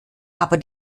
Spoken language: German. aber